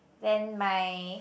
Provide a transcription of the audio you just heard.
then my